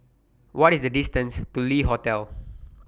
What IS The distance to Le Hotel